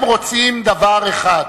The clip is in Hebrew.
הם רוצים דבר אחד: